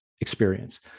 experience